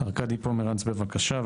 ארקדי פומרנץ, בבקשה.